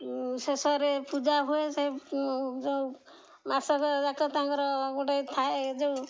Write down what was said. ଶେଷରେ ପୂଜା ହୁଏ ସେ ଯେଉଁ ମାସକ ଯାକ ତାଙ୍କର ଗୋଟେ ଥାଏ ଯେଉଁ